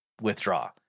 withdraw